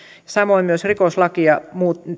samoin rikoslakia